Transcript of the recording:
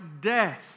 death